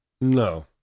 No